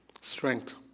strength